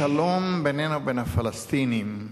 השלום בינינו לבין הפלסטינים,